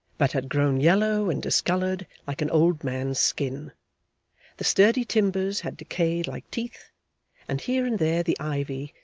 but had grown yellow and discoloured like an old man's skin the sturdy timbers had decayed like teeth and here and there the ivy,